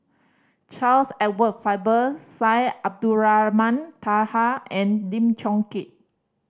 Charles Edward Faber Syed Abdulrahman Taha and Lim Chong Keat